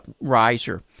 riser